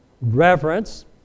reverence